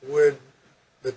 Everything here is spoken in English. where the